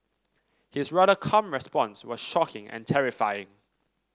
his rather calm response was shocking and terrifying